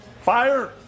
Fire